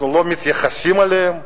אנחנו לא מתייחסים אליהם?